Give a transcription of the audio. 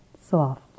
soft